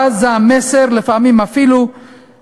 ואז המסר לפעמים הוא שזה אפילו משתלם